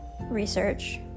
research